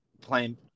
playing –